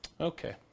Okay